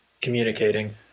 communicating